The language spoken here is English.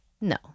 no